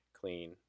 clean